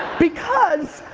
because,